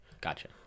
Gotcha